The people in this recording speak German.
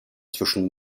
zwischen